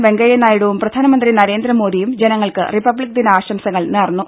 വെങ്കയ്യനായിഡുവും പ്രധാനമന്ത്രി നരേന്ദ്രമോദിയും ജനങ്ങൾക്ക് റിപ്ലബ്ലിക് ദിന ആശംസകൾ നേർന്നു